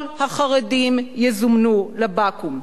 כל החרדים יזומנו לבקו"ם.